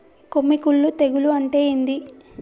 కొమ్మి కుల్లు తెగులు అంటే ఏంది?